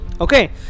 Okay